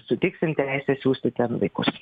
suteiksime teisę siųsti ten vaikus